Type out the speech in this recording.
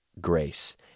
Grace